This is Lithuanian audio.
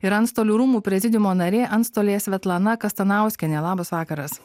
ir antstolių rūmų prezidiumo narė antstolė svetlana kastanauskienė labas vakaras